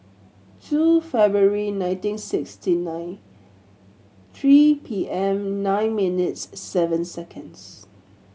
two February nineteen sixty nine three P M nine minutes seven seconds